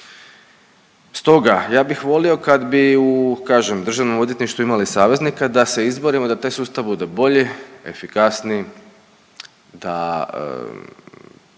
Stoga ja bih volio kad bi u kažem državnom odvjetništvu imali saveznika da se izborimo da taj sustav bude bolji, efikasniji, da